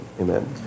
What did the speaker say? Amen